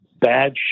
bad